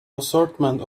assortment